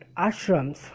ashrams